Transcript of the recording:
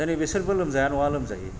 दिनै बेसोरबो लोमजाया नङा लोमजायो